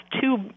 two